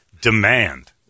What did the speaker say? demand